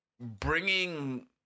Bringing